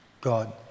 God